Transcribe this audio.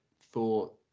thought